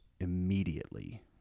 Immediately